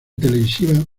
televisiva